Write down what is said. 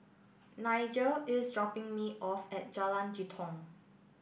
Nigel is dropping me off at Jalan Jitong